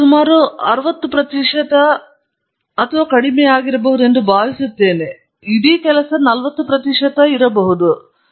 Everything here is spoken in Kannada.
ಇವುಗಳು ಸುಮಾರು 60 ಪ್ರತಿಶತದಷ್ಟು ಇದ್ದವು ಅಥವಾ ಅದು ಸ್ವಲ್ಪ ಕಡಿಮೆಯಾಗಿರಬಹುದು ಎಂದು ನಾನು ಭಾವಿಸುತ್ತೇನೆ ಇಡೀ ಕೆಲಸದ ಸುಮಾರು 40 ಪ್ರತಿಶತ ಇರಬಹುದು